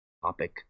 topic